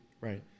Right